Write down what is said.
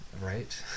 Right